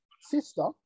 sister